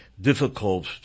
difficult